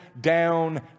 down